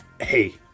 Hey